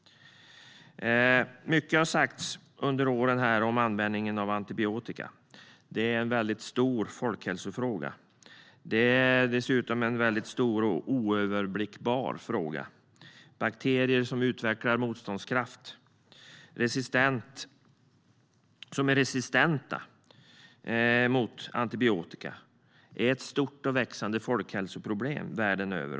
Mycket har sagts under åren här om användningen av antibiotika. Det är en stor folkhälsofråga. Det är dessutom en stor och oöverblickbar fråga. Bakterier som utvecklar motståndskraft, som är resistenta mot antibiotika, är ett stort och växande folkhälsoproblem världen över.